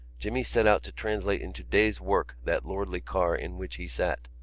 jimmy set out to translate into days' work that lordly car in which he sat.